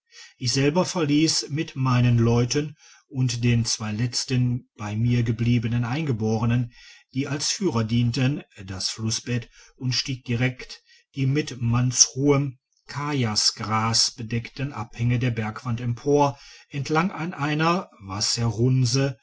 ich selber verliess mit meinen leuten und den zwei letzten bei mir gebliebenen eingeborenen die als führer dienten das flussbett und stieg direkt die mit mannshohem kajasgras bedeckten abhänge der bergwand empor entlang an einer